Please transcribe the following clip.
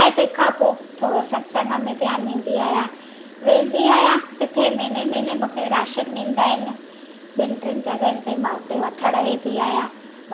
ऐं तंहिंखां पोइ थोरो सत्संग में ध्यानु ॾींदी आहियां वेंदी आहियां किथे महीने महीने मूंखे राशन ॾींदा आहिनि ॿिनि टिनि जॻहियुनि ते मां उते वठण वेंदी आहियां